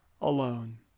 alone